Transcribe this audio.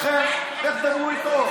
לכן, לכו דברו איתו.